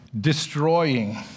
destroying